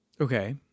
Okay